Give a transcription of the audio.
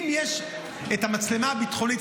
אם יש את המצלמה הביטחונית,